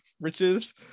riches